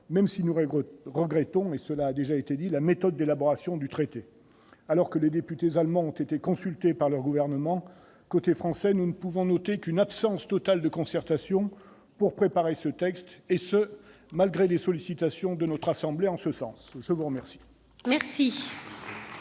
même s'il regrette- cela a déjà été souligné -la méthode d'élaboration du traité. Alors que les députés allemands ont été consultés par leur gouvernement, côté français, nous ne pouvons noter qu'une absence totale de concertation pour préparer ce texte, malgré les sollicitations du Sénat en ce sens. La discussion